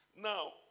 Now